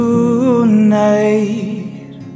Tonight